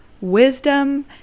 wisdom